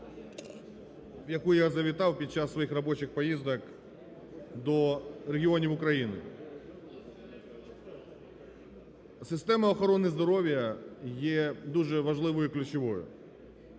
яку я завітав під час своїх робочих поїздок до регіонів України. Система охорони здоров'я є дуже важливою і ключовою,